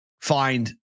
find